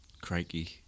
Crikey